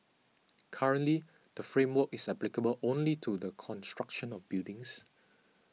currently the framework is applicable only to the construction of buildings